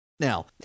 Now